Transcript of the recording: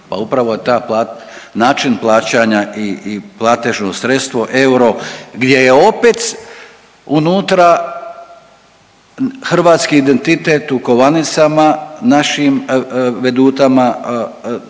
način plaćanja i platežno sredstvo euro gdje je opet unutra hrvatski identitet u kovanicama našim, vedutama